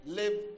live